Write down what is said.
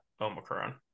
Omicron